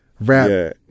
rap